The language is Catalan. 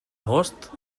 agost